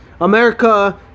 America